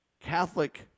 Catholic